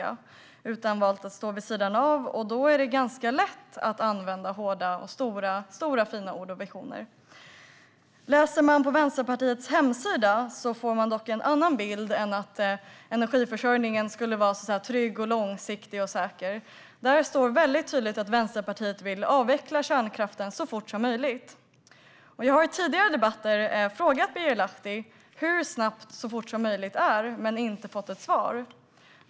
Man har valt att stå vid sidan av, och då är det ganska lätt att uttala stora, fina ord och visioner. Läser man på Vänsterpartiets hemsida får man dock en annan bild än att energiförsörjningen skulle vara trygg, långsiktig och säker. Där står väldigt tydligt att Vänsterpartiet vill avveckla kärnkraften så fort som möjligt. Jag har i tidigare debatter frågat Birger Lahti hur snabbt så fort som möjligt är men inte fått något svar.